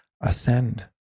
ascend